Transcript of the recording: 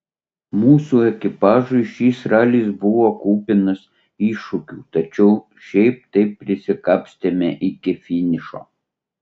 mūsų ekipažui šis ralis buvo kupinas iššūkių tačiau šiaip taip prisikapstėme iki finišo